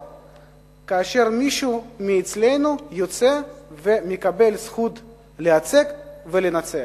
להתגאות כאשר מישהו מאתנו יוצא ומקבל זכות לייצג ולנצח.